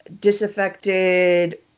disaffected